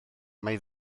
mai